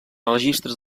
registres